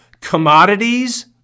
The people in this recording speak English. commodities